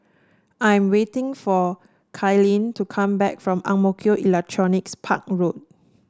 I am waiting for Kailyn to come back from Ang Mo Kio Electronics Park Road